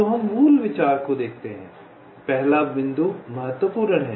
तो हम मूल विचार को देखते हैं पहला बिंदु महत्वपूर्ण है